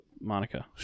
Monica